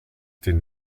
den